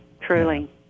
truly